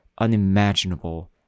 unimaginable